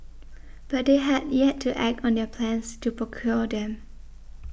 but they had yet to act on their plans to procure them